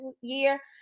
year